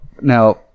now